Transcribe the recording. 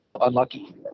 unlucky